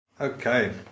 Okay